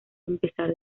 empezar